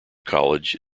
college